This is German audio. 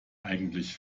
eigentlich